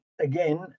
again